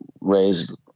raised